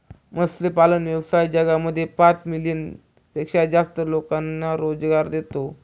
मत्स्यपालन व्यवसाय जगामध्ये पाच मिलियन पेक्षा जास्त लोकांना रोजगार देतो